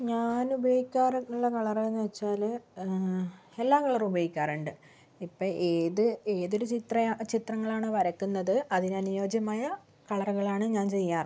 ഞാന് ഉപയോഗിക്കാറുള്ള കളർ എന്ന് വെച്ചാല് എല്ലാ കളറും ഉപയോഗിക്കാറുണ്ട് ഇപ്പോൾ ഏത് ഏതൊരു ചിത്രയ ചിത്രങ്ങളാണോ വരയ്ക്കുന്നത് അതിനനുയോജ്യമായ കളറുകളാണ് ഞാൻ ചെയ്യാറ്